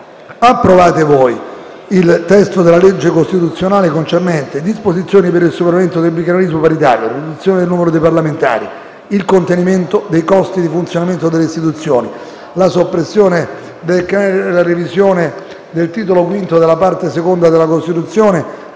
«Approvate voi il testo della legge costituzionale concernente "Disposizioni per il superamento del bicameralismo paritario, la riduzione del numero dei parlamentari, il contenimento dei costi di funzionamento delle istituzioni, la soppressione dei CNEL e la revisione dei Titolo V della parte II della Costituzione",